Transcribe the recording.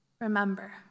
Remember